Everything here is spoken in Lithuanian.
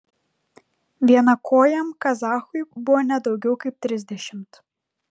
vienakojam kazachui buvo ne daugiau kaip trisdešimt